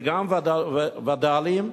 וגם וד"לים,